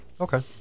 Okay